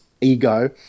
ego